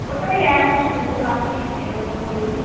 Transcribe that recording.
ওটা ওই একশো সত্তর আশি এরকম ধরুন